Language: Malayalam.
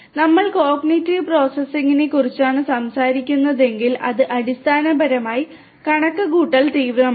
നമ്മൾ കോഗ്നിറ്റീവ് പ്രോസസിംഗിനെക്കുറിച്ചാണ് സംസാരിക്കുന്നതെങ്കിൽ അത് അടിസ്ഥാനപരമായി കണക്കുകൂട്ടൽ തീവ്രമാണ്